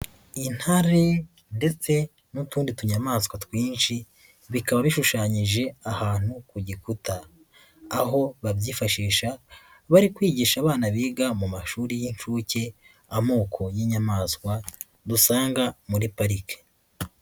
Intare ndetse n'utundi tunyamaswa twinshi bikaba bishushanyije ahantu ku gikuta, aho babyifashisha bari kwigisha abana biga mu mashuri y'inshuke amoko y'inyamaswa dusanga muri parike.